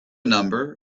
number